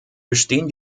bestehen